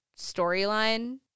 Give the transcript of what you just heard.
storyline